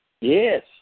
Yes